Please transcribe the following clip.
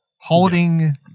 holding